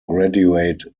graduate